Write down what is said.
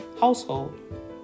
household